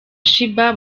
sheebah